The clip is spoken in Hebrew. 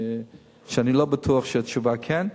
ואני לא בטוח שהתשובה היא כן,